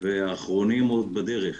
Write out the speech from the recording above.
האחרונים עוד בדרך.